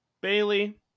Bailey